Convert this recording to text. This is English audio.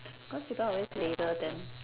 cause people always label them aun~